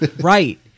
right